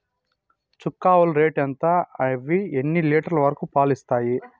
చుక్క ఆవుల రేటు ఎంత? అవి ఎన్ని లీటర్లు వరకు పాలు ఇస్తాయి?